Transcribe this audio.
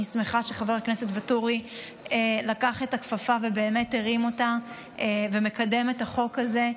אני שמחה שחבר הכנסת ואטורי הרים את הכפפה ומקדם את החוק הזה.